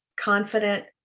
confident